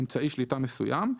"אמצעי שליטה מסוים"),